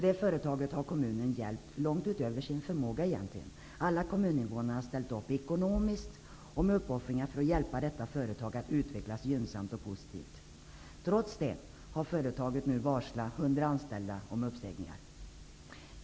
Det företaget har kommunen hjälpt, egentligen långt utöver sin förmåga. Alla kommuninvånare har ställt upp ekonomiskt och med uppoffringar för att hjälpa detta företag att utvecklas gynnsamt och positivt. Trots det har företaget nu varslat 100 anställda om uppsägning.